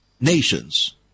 nations